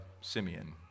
Simeon